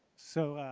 so,